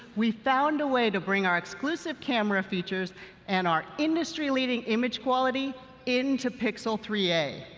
we found a way to bring our exclusive camera features and our industry-leading image quality into pixel three a,